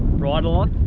bridle on,